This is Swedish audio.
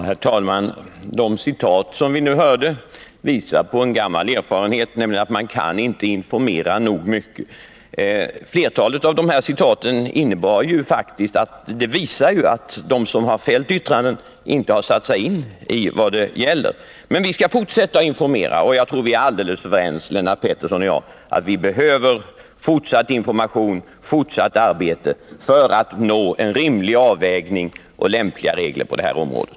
Herr talman! De citat som vi nyss hörde bekräftar en gammal erfarenhet, nämligen att man inte kan informera nog mycket. Flertalet av citaten visar ju att de som fällt yttrandena inte har satt sig in i vad saken gäller. Vi skall emellertid fortsätta att informera. Jag tror att Lennart Pettersson och jag är helt överens om att det behövs fortsatt information och fortsatt arbete för att vi skall nå en rimlig avvägning och lämpliga regler på det här området.